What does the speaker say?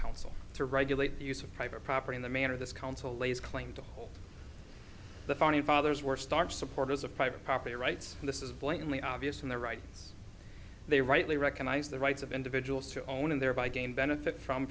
council to regulate the use of private property in the manner this council lays claim to hold the founding fathers were stark supporters of private property rights this is blatantly obvious from the rights they rightly recognize the rights of individuals to own and thereby gain benefit from